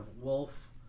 Wolf